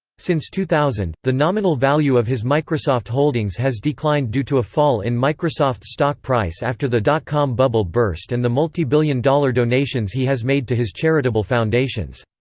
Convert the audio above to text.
since two thousand, the nominal value of his microsoft holdings has declined due to a fall in microsoft's stock price after the dot-com bubble burst and the multibillion-dollar donations he has made to his charitable foundations.